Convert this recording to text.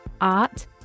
art